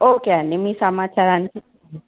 okay అండి మీ సమాచారానికి